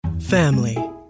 Family